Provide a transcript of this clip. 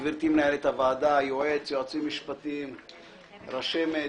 גברתי מנהלת הוועדה, היועץ, יועצים משפטיים, רשמת,